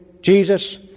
Jesus